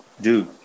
Dude